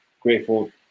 grateful